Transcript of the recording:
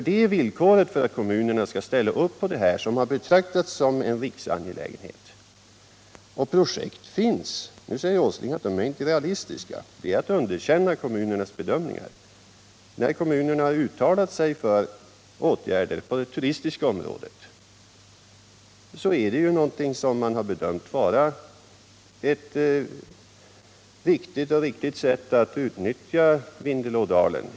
Det är villkoret för att kommunerna skall ställa upp på det här, som har betraktats som en riksangelägenhet. Och projekt finns. Nu säger Åsling att de inte är realistiska, men det är att underkänna kommunernas bedömningar. När kommunerna har uttalat sig för åtgärder på det turistiska området är det ju för att man har bedömt det vara ett viktigt och riktigt sätt att utnyttja Vindelådalen.